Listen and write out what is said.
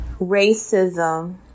racism